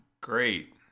great